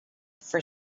for